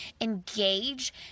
engage